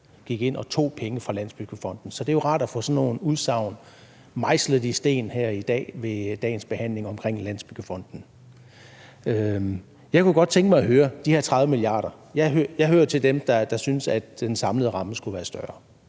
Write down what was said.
gik ind og tog penge fra Landsbyggefonden. Så det er jo rart at få sådan nogle udsagn mejslet i sten her i dag ved dagens behandling af et forslag om Landsbyggefonden. Jeg kunne godt tænke mig at høre om de her 30 mia. kr. Jeg hører til dem det, der synes, at den samlede ramme skulle være større.